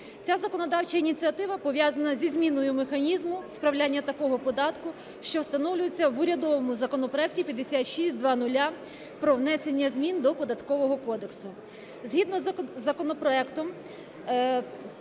Ця законодавча ініціатива пов'язана зі зміною механізму справляння такого податку, що встановлюється в урядовому законопроекті 5600 про внесення змін до Податкового кодексу. Згідно з положеннями